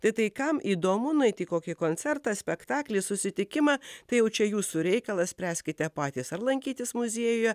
tai tai kam įdomu nueiti į kokį koncertą spektaklį susitikimą tai jau čia jūsų reikalas spręskite patys ar lankytis muziejuje